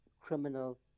criminal